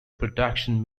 production